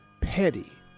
petty